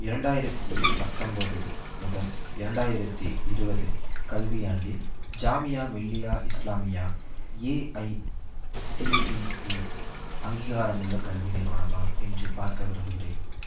இரண்டாயிரத்து பத்தொம்பது முதல் இரண்டாயிரத்து இருபது கல்வியாண்டில் ஜாமியா மெல்லியா இஸ்லாமியா ஏஐசிடிஇ அங்கீகாரமுள்ள கல்வி நிறுவனமா என்று பார்க்க விரும்புகிறேன்